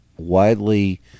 widely